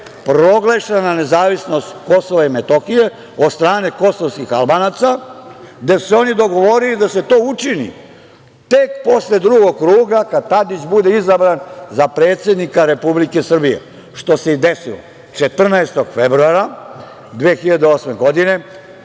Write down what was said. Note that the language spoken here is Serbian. proglašena nezavisnost Kosova i Metohije od strane kosovskih Albanaca, gde su se oni dogovorili da se to učini tek posle drugog kruga, kada Tadić bude izabran za predsednika Republike Srbije, što se i desilo. Dana 14. februara 2008. godine